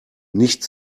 nicht